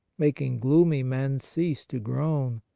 making gloomy men cease to groan,